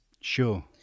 Sure